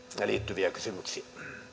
liittyviä kysymyksiä